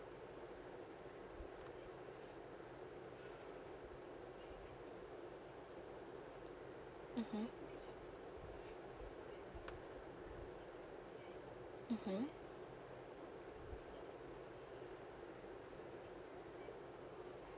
mmhmm mmhmm